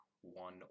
one